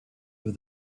with